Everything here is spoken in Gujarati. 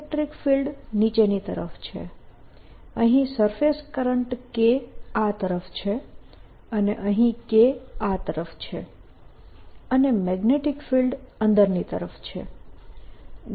ઇલેક્ટ્રીક ફિલ્ડ નીચેની તરફ છે અહીં સરફેસ કરંટ K આ તરફ છે અને અહીં K આ તરફ છે અને મેગ્નેટીક ફિલ્ડ અંદરની તરફ છે